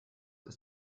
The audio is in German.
ist